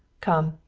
come,